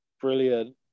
Brilliant